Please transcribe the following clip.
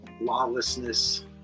lawlessness